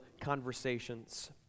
conversations